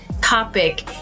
topic